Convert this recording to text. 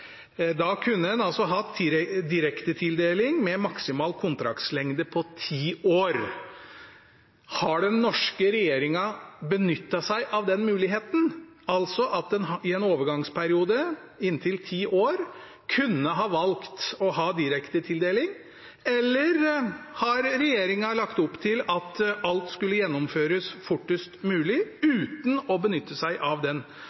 Da kunne en altså hatt direktetildeling med en maksimal kontraktslengde på ti år. Har den norske regjeringen benyttet seg av den muligheten, altså at en i en overgangsperiode på inntil ti år kunne ha valgt å ha direktetildeling, eller har regjeringen lagt opp til at alt skulle gjennomføres fortest mulig uten å benytte seg av den